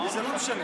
זה לא משנה.